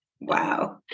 wow